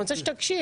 אני רוצה שתקשיב.